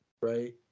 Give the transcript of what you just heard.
right